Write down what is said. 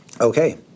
Okay